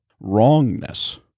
wrongness